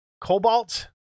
Cobalt